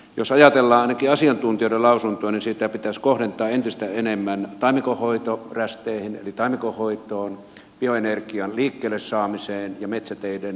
jos ajatellaan ainakin asiantuntijoiden lausuntoja niin sitä pitäisi kohdentaa entistä enemmän taimikonhoitorästeihin eli taimikonhoitoon bioenergian liikkeelle saamiseen ja metsäteiden peruskunnostukseen